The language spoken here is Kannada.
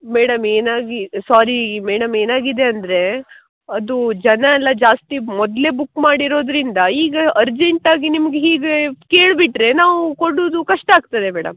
ಮೇಡಮ್ ಏನಾಗಿ ಸ್ವಾರೀ ಮೇಡಮ್ ಏನಾಗಿದೆ ಅಂದರೆ ಅದು ಜನ ಎಲ್ಲ ಜಾಸ್ತಿ ಮೊದಲೇ ಬುಕ್ ಮಾಡಿರೋದ್ರಿಂದ ಈಗ ಅರ್ಜೆಂಟ್ ಆಗಿ ನಿಮ್ಗೆ ಹೀಗೆ ಕೇಳ್ಬಿಟ್ಟರೆ ನಾವು ಕೊಡೋದು ಕಷ್ಟ ಆಗ್ತದೆ ಮೇಡಮ್